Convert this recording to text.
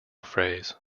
phrase